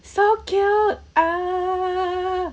so cute ah